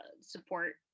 support